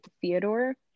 theodore